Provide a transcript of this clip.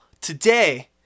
today